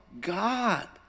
God